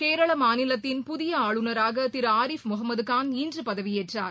கேரள மாநிலத்தின் புதிய ஆளுநராக திரு ஆரிஃப் முகமதுகான் இன்று பதவியேற்றார்